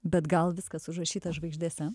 bet gal viskas užrašyta žvaigždėse